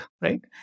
right